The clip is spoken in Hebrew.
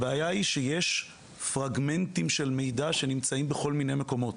הבעיה היא שיש פרגמנטים של מידע שנמצאים בכל מיני מקומות.